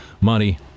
money